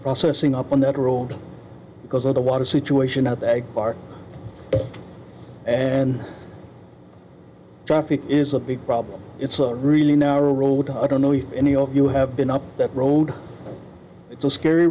processing up on that road because of the water situation up they are and traffic is a big problem it's a really narrow road i don't know if any of you have been up that road it's a scary